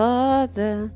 Father